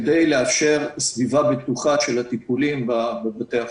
כדי לאפשר סביבה בטוחה של הטיפולים בבתי החולים.